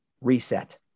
Reset